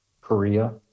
Korea